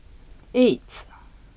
eight